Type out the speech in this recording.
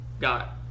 got